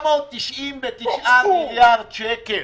זה יוצא 999 מיליארד שקל.